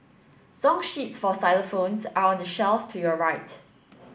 song sheets for xylophones are on the shelf to your right